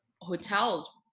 hotels